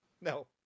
no